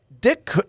Dick